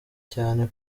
cyane